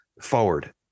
forward